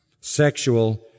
Sexual